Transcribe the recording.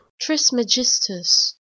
Trismegistus